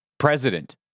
President